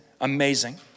amazing